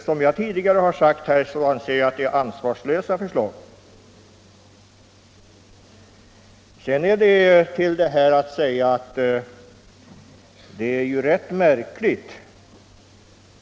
Som jag tidigare har sagt anser jag att det är ett ansvarslöst förslag.